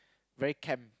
very camp